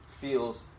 feels